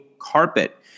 carpet